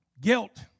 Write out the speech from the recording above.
Guilt